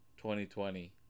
2020